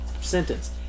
sentence